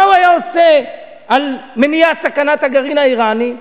מה הוא היה עושה למניעת סכנת הגרעין האירני?